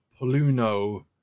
Poluno